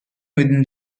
within